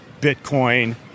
Bitcoin